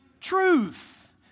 truth